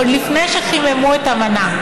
עוד לפני שחיממו את המנה.